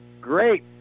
Great